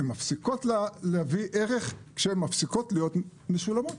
הן מפסיקות להביא ערך כשהן מפסיקות להיות משולמות.